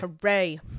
Hooray